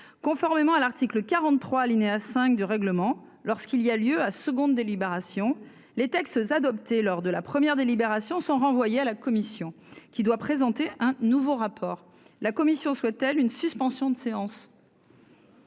conformément à l'article 43 alinéa 5 du règlement lorsqu'il y a lieu à seconde délibération les textes adoptés lors de la première délibération sont renvoyés à la commission qui doit présenter un nouveau rapport, la commission souhaite-t-elle une suspension de séance.